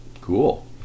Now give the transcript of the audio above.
cool